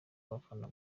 abafana